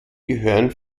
gehören